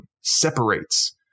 separates